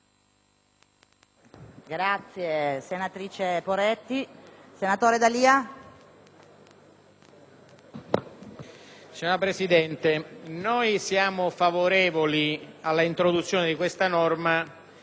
Signora Presidente, siamo favorevoli all'introduzione di questa norma, che estende la normativa e il controllo antiriciclaggio anche alle operazioni di *money transfer*,